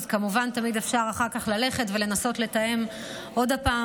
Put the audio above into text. כמובן תמיד אפשר אחר כך ללכת ולנסות לתאם עוד פעם